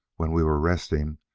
when we were resting,